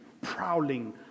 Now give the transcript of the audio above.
prowling